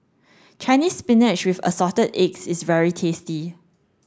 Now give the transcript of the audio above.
Chinese spinach with assorted eggs is very tasty